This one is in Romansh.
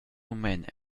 mument